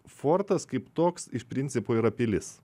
fortas kaip toks iš principo yra pilis